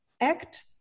act